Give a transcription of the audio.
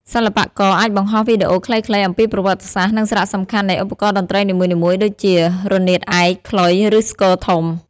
សិល្បករអាចបង្ហោះវីដេអូខ្លីៗអំពីប្រវត្តិសាស្រ្ត និងសារៈសំខាន់នៃឧបករណ៍តន្ត្រីនីមួយៗដូចជា រនាតឯក ខ្លុយ ឬស្គរធំ។